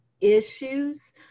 issues